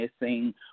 missing